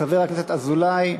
חבר הכנסת אזולאי,